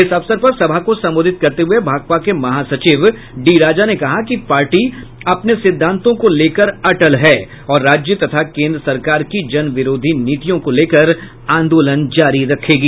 इस अवसर पर सभा को संबोधित करते हुए भाकपा के महासचिव डी राजा ने कहा कि पार्टी अपने सिद्धांतों को लेकर अटल है और राज्य तथा केन्द्र सरकार की जन विरोधी नीतियों को लेकर आंदोलन जारी रखेगी